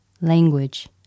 language